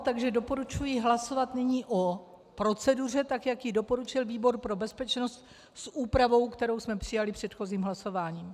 Takže doporučuji hlasovat nyní o proceduře, jak ji doporučil výbor pro bezpečnost, s úpravou, kterou jsme přijali předchozím hlasováním.